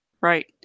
Right